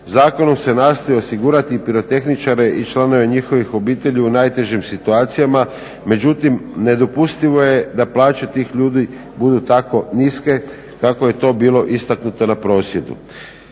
Zakonom se nastoji osigurati pirotehničare i članove njihovih obitelji u najtežim situacijama, međutim nedopustivo je da plaće tih ljudi budu tako niske kako je to bilo istaknuto na prosvjedu.